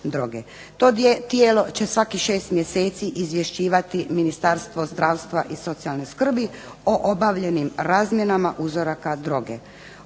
To tijelo će svakih šest mjeseci izvješćivati Ministarstvo zdravstva i socijalne skrbi o obavljenim razmjenama uzoraka droge.